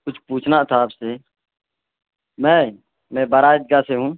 کچھ پوچھنا تھا آپ سے میں میں باڑا عید گاہ سے ہوں